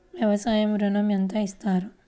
వ్యవసాయ ఋణం ఎంత ఇస్తారు?